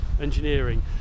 engineering